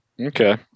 Okay